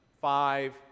Five